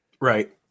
Right